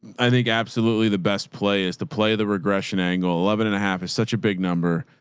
i think absolutely the best play is to play the regression angle eleven and a half is such a big number.